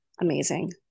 amazing